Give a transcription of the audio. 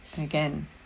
again